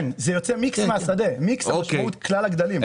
כן, זה יוצא מיקס מהשדה, כלל הגדלים.